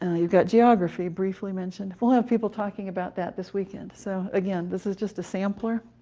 you've got geography briefly mentioned we'll have people talking about that this weekend. so again, this is just a sampler.